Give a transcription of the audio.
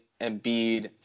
Embiid